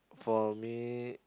for me